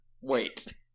wait